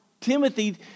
Timothy